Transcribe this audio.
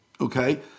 Okay